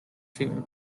treatment